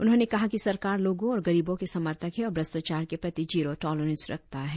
उन्होंने कहा कि सरकार लोगों और गरीबों के समर्थक है और भ्रष्टाचार के प्रति जीरो टॉलरेंस रखता है